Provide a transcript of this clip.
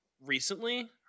recently